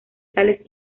sales